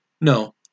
No